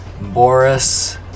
Boris